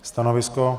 Stanovisko?